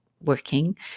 working